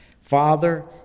Father